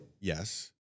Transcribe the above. Yes